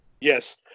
Yes